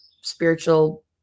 spiritual